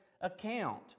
account